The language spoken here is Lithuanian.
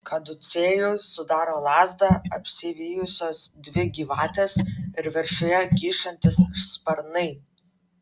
kaducėjų sudaro lazdą apsivijusios dvi gyvatės ir viršuje kyšantys sparnai